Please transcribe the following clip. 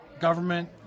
government